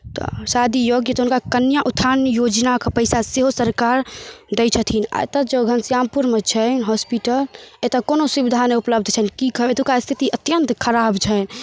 तऽ शादी योग्य तऽ हुनका कन्या उत्थान योजनाके पइसा सेहो सरकार दै छथिन आओर एतऽ जे घनश्यामपुरमे छै हॉस्पिटल एतऽ कोनो सुविधा नहि उपलब्ध छै कि कहब एतुका स्थिति अत्यन्त खराब छै